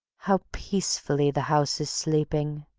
how peacefully the house is sleeping!